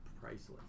priceless